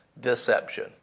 deception